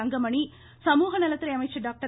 தங்கமணி சமூகநலத்துறை அமைச்சர் டாக்டர்